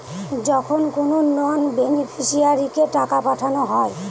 যখন কোনো নন বেনিফিশিয়ারিকে টাকা পাঠানো হয়